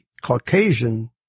Caucasian